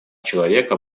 человека